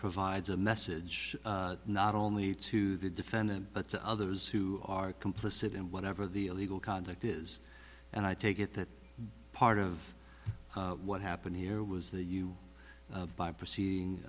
provides a message not only to the defendant but others who are complicit in whatever the illegal conduct is and i take it that part of what happened here was that you by proceeding